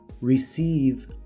receive